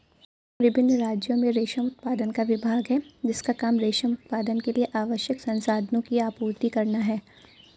विभिन्न राज्यों में रेशम उत्पादन का विभाग है जिसका काम रेशम उत्पादन के लिए आवश्यक संसाधनों की आपूर्ति करना है